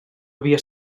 havia